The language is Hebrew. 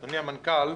אדוני המנכ"ל.